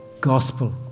gospel